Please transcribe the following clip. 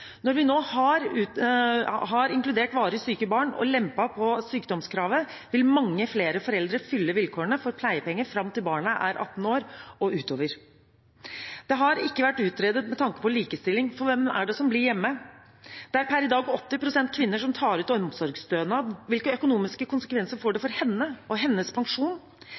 Når vi nå har inkludert varig syke barn og lempet på sykdomskravet, vil mange flere foreldre fylle vilkårene for pleiepenger fram til barnet er 18 år og utover. Det har ikke vært utredet med tanke på likestilling. For hvem er det som blir hjemme? Det er per i dag 80 pst. kvinner som tar ut omsorgsstønad. Hvilke økonomiske konsekvenser får det for deres pensjon?